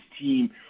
team